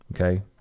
Okay